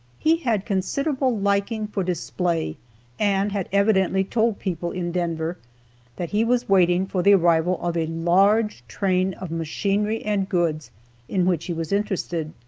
he had considerable liking for display and had evidently told people in denver that he was waiting for the arrival of a large train of machinery and goods in which he was interested.